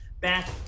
back